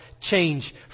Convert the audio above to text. change